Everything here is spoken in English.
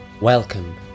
Welcome